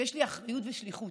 שיש לי אחריות ושליחות.